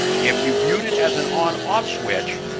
if you viewed it as an on off switch,